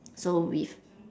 so with